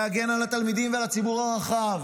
להגן על התלמידים ועל הציבור הרחב,